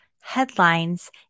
headlines